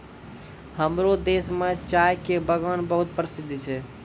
हमरो देश मॅ चाय के बागान बहुत प्रसिद्ध छै